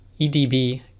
EDB